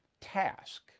task